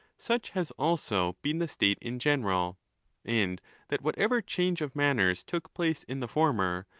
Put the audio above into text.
such has also been the state in general and that whatever change of manners took place in the former,